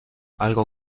algo